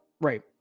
Right